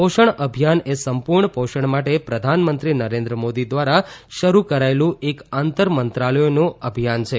પોષણ અભિયાન એ સંપૂર્ણ પોષણ માટે પ્રધાનમંત્રી નરેન્દ્ર મોદી દ્વારા શરૂ કરાયેલું એક આભાર નિહારીકા રવિયા આંતર મંત્રાલયોનું અભિયાન છે